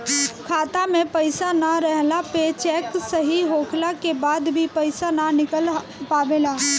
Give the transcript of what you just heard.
खाता में पईसा ना रहला पे चेक सही होखला के बाद भी पईसा ना निकल पावेला